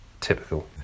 Typical